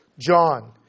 John